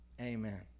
Amen